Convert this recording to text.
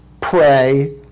pray